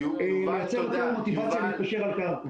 לייצר יותר מוטיבציה להתפשר על הקרקע.